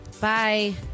Bye